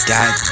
God